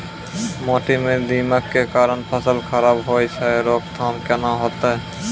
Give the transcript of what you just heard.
माटी म दीमक के कारण फसल खराब होय छै, रोकथाम केना होतै?